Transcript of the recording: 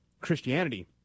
Christianity